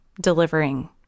delivering